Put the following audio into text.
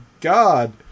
god